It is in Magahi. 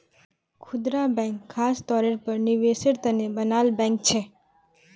खुदरा बैंक ख़ास तौरेर पर निवेसेर तने बनाल बैंक छे